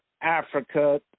Africa